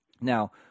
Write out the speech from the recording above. Now